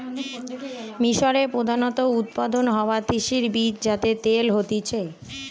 মিশরে প্রধানত উৎপাদন হওয়া তিসির বীজ যাতে তেল হতিছে